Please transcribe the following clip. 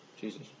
Jesus